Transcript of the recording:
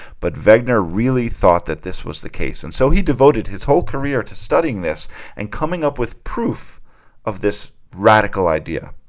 but vagner really thought that this was the case and so he devoted his whole career to studying this and coming up with proof of this radical idea